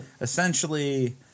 essentially